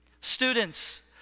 Students